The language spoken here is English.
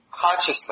consciously